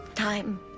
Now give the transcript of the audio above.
Time